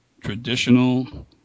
traditional